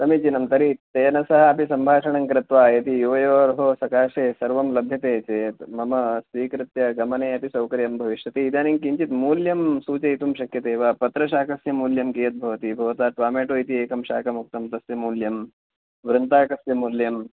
समीचिनं तर्हि तेन सह अपि सम्भाषणं कृत्वा यदि युवयोः सकाशे सर्वं लभ्यते चेत् मम स्वीकृत्य गमने अपि सौकर्यं भविष्यति इदानीं किञ्चित् मूल्यं सूचयितुं शक्यते वा पत्रशाकस्य मूल्यं कीयद्भवति भवता टोमेटो इति एकं शाकमुक्तं तस्य मूल्यं वृन्ताकस्य मूल्यं